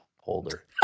holder